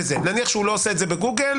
נניח שלא עושה זאת בגוגל.